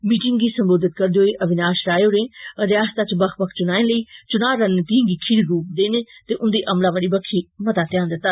meeting गी सम्बोधित करदे होई अविनाश राय होरें रियासता च बक्ख बक्ख चुनायें लेई चुना रणनीतियें गी खीरी रूप देने ते उंदी अमलावरी बक्खी मता ध्यान दीता